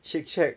Shake Shack